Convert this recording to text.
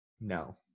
no